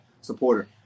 supporter